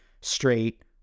straight